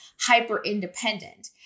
hyper-independent